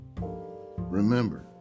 Remember